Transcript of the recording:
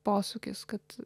posūkis kad